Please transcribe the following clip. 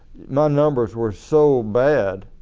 my numbers were so bad